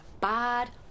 bad